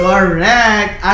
Correct